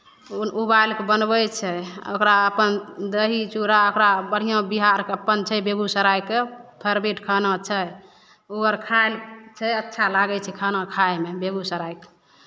उ उबालि कऽ बनबै छै ओकरा अपन दही चूड़ा ओकरा बढ़िआँ बिहारके अपन छै बेगूसरायके फेवरेट खाना छै ओ अर खाइ छै अच्छा लागै छै खाना खायमे बेगूसरायके